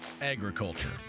agriculture